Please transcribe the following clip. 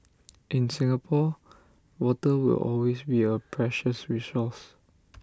in Singapore water will always be A precious resource